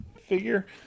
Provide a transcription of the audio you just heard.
Figure